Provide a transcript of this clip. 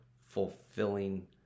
fulfilling